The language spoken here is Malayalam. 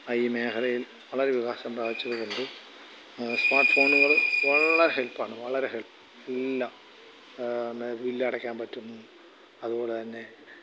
ആയി മേഖലയിൽ വളരെ വികാസം പ്രാപിച്ചതോടുകൂടി സ്മാർട്ട് ഫോണുകൾ വളരെ ഹെൽപ്പ് ആണ് വളരെ ഹെൽപ്പ് എല്ലാം നമുക്ക് ബിൽ അടയ്ക്കാൻ പറ്റുന്നു അതുപോലെ തന്നെ